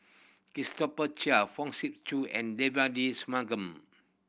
Christopher Chia Fong Sip Chee and Devagi Sanmugam